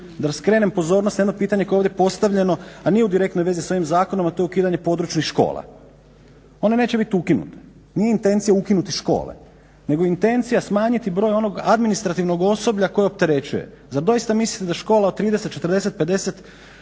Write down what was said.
da skrenem pozornost na jedno pitanje koje je ovdje postavljeno a nije u direktnoj vezi s ovim zakonom a to je ukidanje područnih škola. One neće biti ukinute, nije intencija ukinuti škole, nego intencija smanjiti broj onog administrativnog osoblja koje opterećuje. Zar doista mislite da škola od 30, 40,0 50